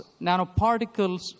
nanoparticles